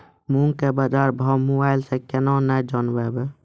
मूंग के बाजार भाव मोबाइल से के ना जान ब?